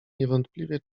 niewątpliwie